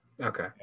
Okay